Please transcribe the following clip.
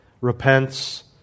repents